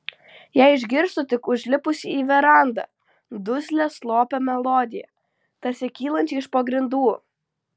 ją išgirstu tik užlipusi į verandą duslią slopią melodiją tarsi kylančią iš po grindų